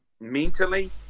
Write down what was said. mentally